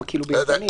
גאל.